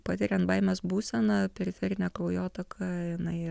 patiriant baimės būseną periferinė kraujotaka jinai